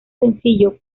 sencillo